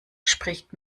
spricht